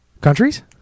countries